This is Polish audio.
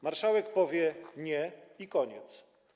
Marszałek powie „nie” i koniec.